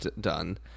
done